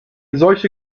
solche